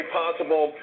possible